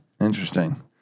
Interesting